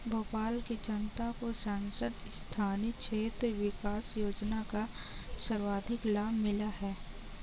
भोपाल की जनता को सांसद स्थानीय क्षेत्र विकास योजना का सर्वाधिक लाभ मिला है